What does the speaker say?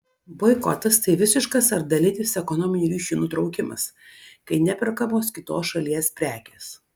boikotas tai visiškas ar dalinis ekonominių ryšių nutraukimas kai neperkamos kitos šalies prekės